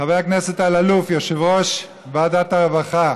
חבר הכנסת אלאלוף, יושב-ראש ועדת הרווחה,